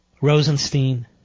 Rosenstein